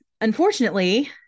Unfortunately